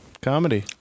comedy